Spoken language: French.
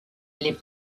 les